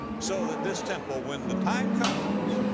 so that this temple, when the time comes,